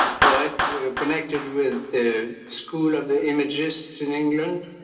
poet connected with the school of ah images in england.